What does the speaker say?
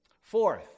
Fourth